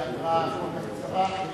בהתראה כל כך קצרה.